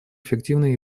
эффективные